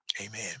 Amen